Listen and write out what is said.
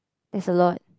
that's a lot